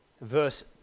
verse